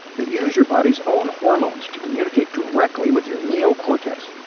they use your body's own hormones to communicate directly with your neocortex.